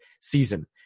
season